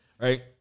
Right